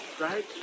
Right